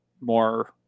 more